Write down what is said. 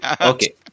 Okay